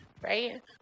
Right